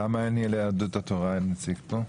למה ליהדות התורה אין נציג פה?